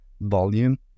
volume